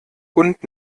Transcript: und